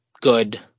good